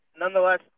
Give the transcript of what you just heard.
nonetheless